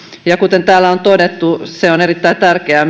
ja kuten täällä on todettu se on myös erittäin tärkeää